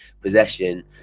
Possession